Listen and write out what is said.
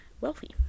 wealthy